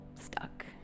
stuck